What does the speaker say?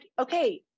okay